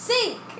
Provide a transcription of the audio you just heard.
Sink